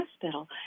hospital